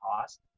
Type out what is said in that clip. cost